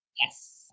Yes